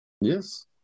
Yes